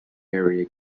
area